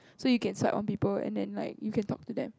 so you can swipe on people and then like you can talk to them